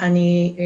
אני